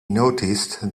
noticed